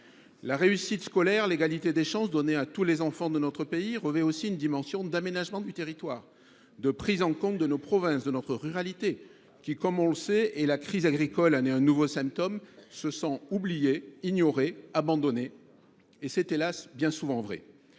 La réussite scolaire et l’égalité des chances données à tous les enfants de notre pays revêtent aussi une dimension d’aménagement du territoire, de prise en compte de nos provinces et de notre ruralité, qui, comme on le sait – la crise agricole en est du reste un nouveau symptôme –, se sent oubliée, ignorée, abandonnée, bien souvent,